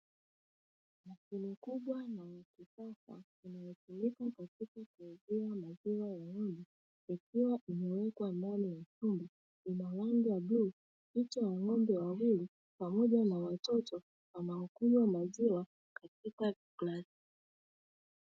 Mashine kubwa na ya kisasa inayotumika katika kuwekea maziwa ya ng'ombe ikiwa imewekwa ndani ya chumba, ina rangi ya bluu, picha ya ng'ombe wawili pamoja na watoto wanaokunywa maziwa katika glasi.